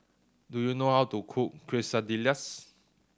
do you know how to cook Quesadillas